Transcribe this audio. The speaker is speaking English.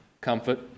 comfort